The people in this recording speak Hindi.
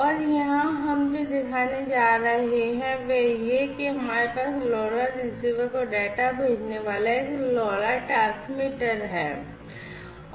और यहां हम जो दिखाने जा रहे हैं वह यह है कि हमारे पास LoRa रिसीवर को डेटा भेजने वाला एक LoRa ट्रांसमीटर है